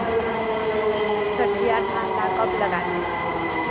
सठिया धान ला कब लगाथें?